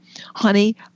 honey